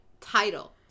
title